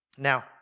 Now